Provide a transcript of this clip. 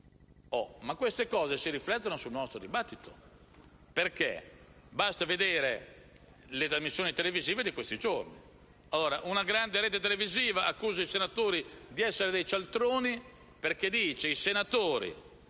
Queste cose si riflettono sul nostro dibattito, basta vedere le trasmissioni televisive di questi giorni. Una grande rete televisiva accusa i senatori di essere dei cialtroni, perché sostiene che i senatori